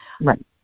Right